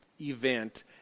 event